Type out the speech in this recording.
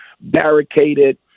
barricaded